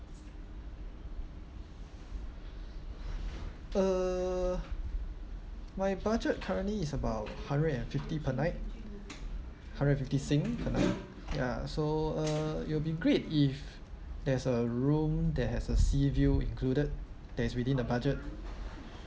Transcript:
uh my budget currently is about hundred and fifty per night hundred and fifty sing per night ya so uh it will be great if there's a room that has a seaview included that is within the budget